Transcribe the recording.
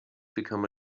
become